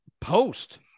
post